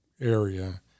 area